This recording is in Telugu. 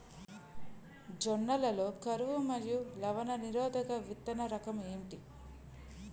జొన్న లలో కరువు మరియు లవణ నిరోధక విత్తన రకం ఏంటి?